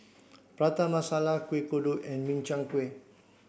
Prata Masala Kueh Kodok and Min Chiang Kueh